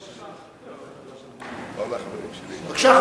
בבקשה,